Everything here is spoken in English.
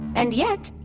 and yet,